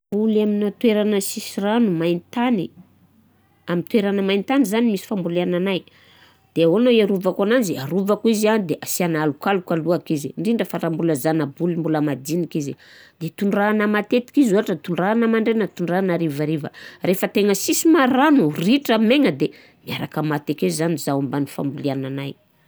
Voly amina toeragna sisy rano, main-tany, amin'ny toeragna mian-tany zany misy famboliagnanahy de ahoana hiarovako ananjy? Arovako izy an de asiana alokaloka alohaka izy ndrindra fa raha mbola zana-boly mbola madiniky izy. De tondrahana matetika izy ôhatra tondrahana mandraina, tondrahana arivariva. Rehefa tegna sisy ma rano, ritra maigna de miaraka maty akeo zany zah mbamin'ny famboliagnanahy.